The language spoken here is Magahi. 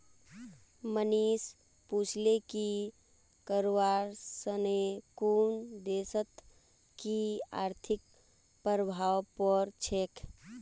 मनीष पूछले कि करवा सने कुन देशत कि आर्थिक प्रभाव पोर छेक